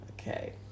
okay